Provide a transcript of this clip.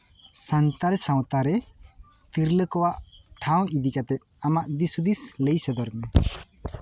ᱥᱟᱱᱛᱟᱲ ᱥᱟᱶᱛᱟᱨᱮ ᱛᱤᱨᱞᱟᱹ ᱠᱚᱣᱟᱜ ᱴᱷᱟᱶ ᱤᱫᱤᱠᱟᱛᱮᱜ ᱟᱢᱟᱜ ᱫᱤᱥ ᱦᱩᱫᱤᱥ ᱞᱟᱹᱭ ᱥᱚᱫᱚᱨ ᱢᱮ